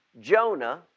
Jonah